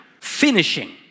finishing